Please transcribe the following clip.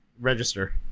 register